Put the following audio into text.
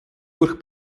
durch